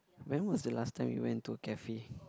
when was the last time we went to a cafe